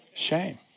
shame